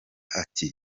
ati